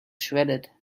shredded